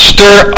Stir